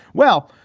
well,